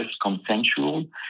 consensual